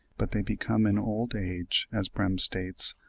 but they become in old age, as brehm states,